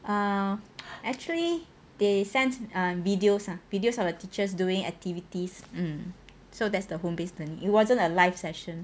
uh actually they sent uh videos uh videos of a teacher's doing activities um so that's the home based learning it wasn't a live session